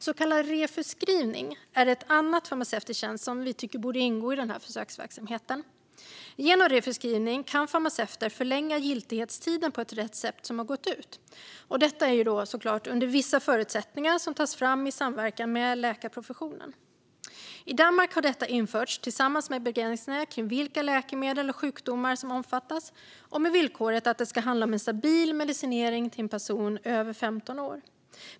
Så kallad re-förskrivning är en annan farmaceutisk tjänst som vi tycker borde ingå i den här försöksverksamheten. Genom re-förskrivning kan farmaceuter förlänga giltigheten på ett recept som har gått ut under vissa förutsättningar som tas fram i samverkan med läkarprofessionen. I Danmark har detta införts tillsammans med begränsningar kring vilka läkemedel och sjukdomar som omfattas och med villkoret att det ska handla om en stabil medicinering till en person över 15 år.